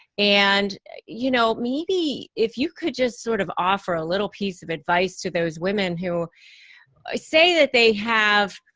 and you know, maybe if you could just sort of offer a little piece of advice to those women, who say that they have,